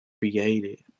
created